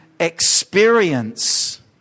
experience